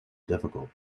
difficult